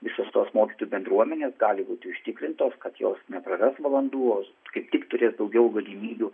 visos tos mokytojų bendruomenės gali būti užtikrintos kad jos nepraras valandų o kaip tik turės daugiau galimybių